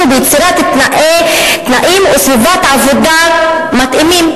וביצירת תנאים וסביבת עבודה מתאימים,